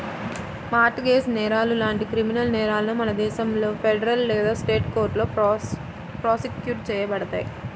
mart gauge నేరాలు లాంటి criminal నేరాలను మన దేశంలో ఫెడరల్ లేదా స్టేట్ కోర్టులో ప్రాసిక్యూట్ చేయబడతాయి